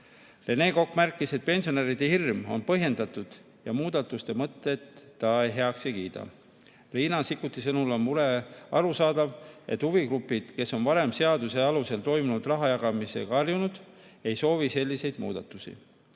Rene Kokk märkis, et pensionäride hirm on põhjendatud ja muudatuste mõtet ta heaks ei kiida. Riina Sikkuti sõnul on mure arusaadav, huvigrupid, kes on varem seaduse alusel toimunud raha jagamisega harjunud, ei soovi selliseid muudatusi.